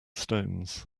stones